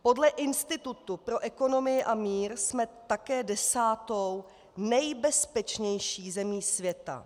Podle Institutu pro ekonomii a mír jsme také desátou nejbezpečnější zemí světa.